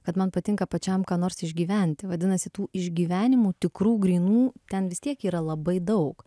kad man patinka pačiam ką nors išgyventi vadinasi tų išgyvenimų tikrų grynų ten vis tiek yra labai daug